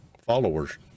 followers